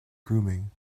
grooming